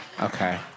okay